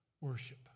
Worship